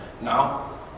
now